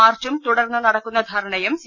മാർച്ചും തുടർന്ന് നടക്കുന്ന ധർണ്ണയും സി